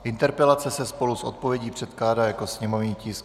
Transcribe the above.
Interpelace se spolu s odpovědí předkládá jako sněmovní tisk 672.